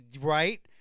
right